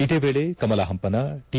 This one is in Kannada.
ಇದೇ ವೇಳೆ ಕಮಲ ಹಂಪನ ಟಿ